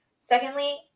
Secondly